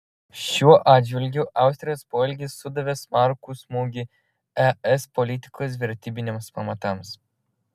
šiuo atžvilgiu austrijos poelgis sudavė smarkų smūgį es politikos vertybiniams pamatams